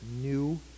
new